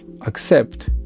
accept